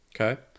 Okay